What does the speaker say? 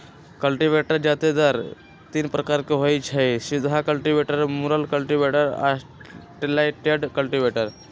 cultivator जादेतर तीने प्रकार के होई छई, सीधा कल्टिवेटर, मुरल कल्टिवेटर, स्लैटेड कल्टिवेटर